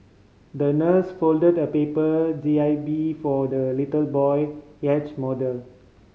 the nurse folded a paper J I B for the little boy yacht model